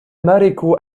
ماريكو